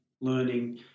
learning